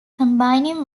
combining